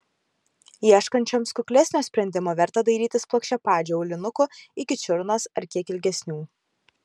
ieškančioms kuklesnio sprendimo verta dairytis plokščiapadžių aulinukų iki čiurnos ar kiek ilgesnių